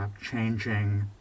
changing